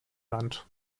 land